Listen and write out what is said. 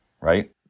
right